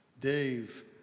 Dave